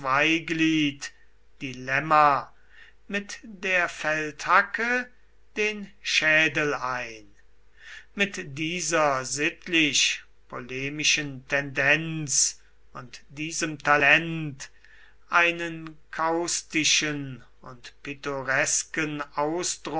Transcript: dilemma mit der feldhacke den schädel ein mit dieser sittlich polemischen tendenz und diesem talent einen kaustischen und pittoresken